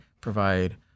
provide